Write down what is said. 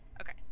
Okay